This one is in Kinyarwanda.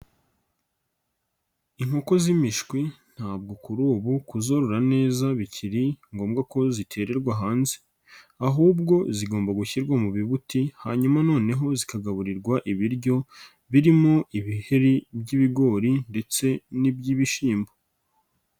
Inkoko z'imishwi ntabwo kuri ubu kuzorora neza bikiri ngombwa ko zitererwa hanze, ahubwo zigomba gushyirwa mu bibuti hanyuma noneho zikagaburirwa ibiryo birimo ibiheri by'ibigori ndetse n'iby'ibishyimbo.